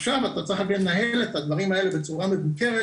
עכשיו אתה צריך רק לנהל את הדברים האלה בצורה מבוקרת,